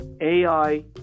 AI